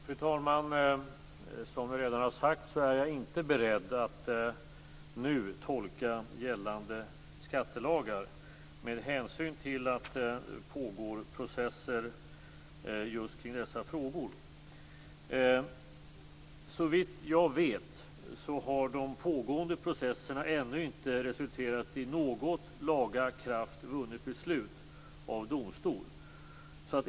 Fru talman! Som jag redan sagt är jag inte beredd att nu tolka gällande skattelagar med hänsyn till att det pågår processer just kring dessa frågor. Såvitt jag vet har de pågående processerna ännu inte resulterat i något lagakraftvunnet beslut av domstol.